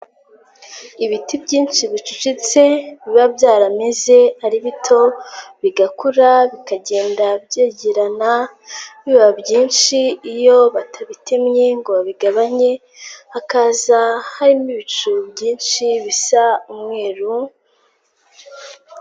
Ibiti byinshi bicucitse, biba byarameze ari bito. Bigakura bikagenda byegerana biba byinshi. Iyo batabitemye ngo babigabanye hakaza harimo ibicu byinshi bisa umweru.